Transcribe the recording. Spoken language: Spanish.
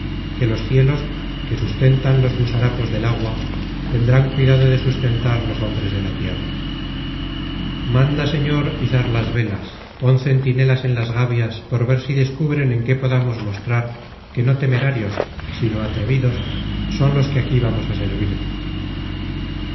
que los cielos que sustentan los gusarapos del agua tendrán cuidado de sustentar los hombres de la tierra manda señor izar las velas pon centinelas en las gavias por ver si descubren en qué podamos mostrar que no temerarios sino atrevidos son los que aquí vamos á servirte